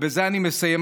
ובזה אני מסיים,